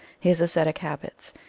his ascetic habits,